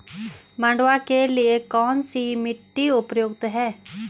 मंडुवा के लिए कौन सी मिट्टी उपयुक्त है?